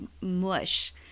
mush